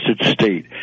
state